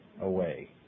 away